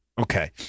Okay